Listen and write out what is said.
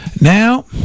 Now